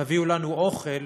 תביאו לנו אוכל.